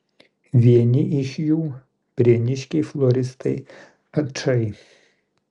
vieni iš jų prieniškiai floristai ačai